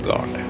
God